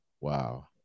Wow